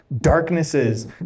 darknesses